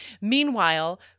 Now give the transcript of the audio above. Meanwhile